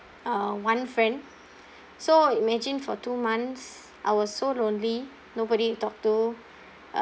uh one friend so imagine for two months I was so lonely nobody to talk to uh